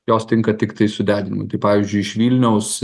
jos tinka tiktai sudegint tai pavyzdžiui iš vilniaus